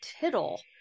tittle